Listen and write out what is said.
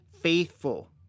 faithful